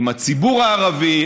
עם הציבור הערבי,